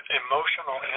emotional